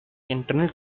internal